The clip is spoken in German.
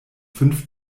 fünf